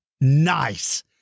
Nice